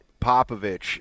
Popovich